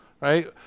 right